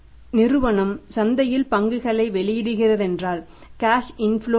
நிறுவனம் சந்தையில் பங்குகளை வெளியிடுகிறதென்றால் கேஷ் இன்ஃப்லோ இருக்கும்